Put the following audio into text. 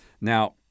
Now